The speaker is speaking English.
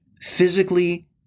physically